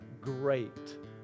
great